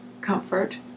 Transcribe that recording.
comfort